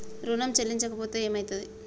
ఋణం చెల్లించకపోతే ఏమయితది?